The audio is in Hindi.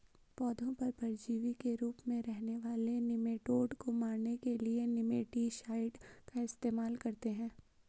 पौधों पर परजीवी के रूप में रहने वाले निमैटोड को मारने के लिए निमैटीसाइड का इस्तेमाल करते हैं